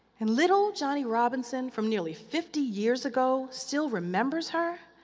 and little johnny robinson, from nearly fifty years ago, still remembers her.